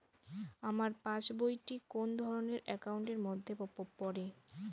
আমার পাশ বই টি কোন ধরণের একাউন্ট এর মধ্যে পড়ে?